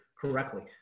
correctly